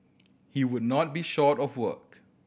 he would not be short of work